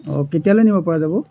অঁ কেতিয়ালৈ নিব পৰা যাব